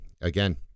again